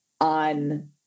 on